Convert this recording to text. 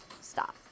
stop